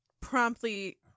promptly